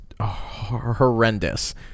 Horrendous